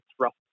thrust